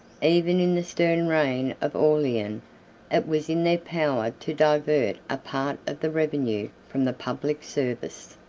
even in the stern reign of aurelian, it was in their power to divert a part of the revenue from the public service.